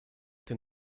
den